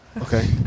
okay